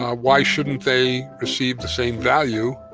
ah why shouldn't they receive the same value?